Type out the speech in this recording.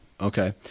Okay